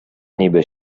niby